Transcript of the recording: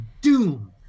doom